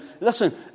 listen